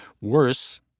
Worse